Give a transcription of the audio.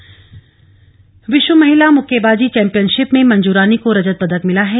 मक्केबाजी विश्व महिला मुक्केबाजी चौंपियनशिप में मंजू रानी को रजत पदक मिला है